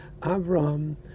Avram